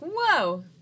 Whoa